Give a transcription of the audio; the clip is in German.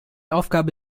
aufgabe